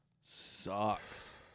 sucks